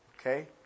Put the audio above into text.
Okay